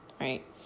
right